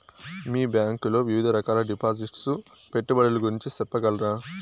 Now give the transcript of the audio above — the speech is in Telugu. మీ బ్యాంకు లో వివిధ రకాల డిపాసిట్స్, పెట్టుబడుల గురించి సెప్పగలరా?